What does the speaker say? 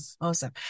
Awesome